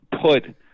put